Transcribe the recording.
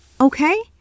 okay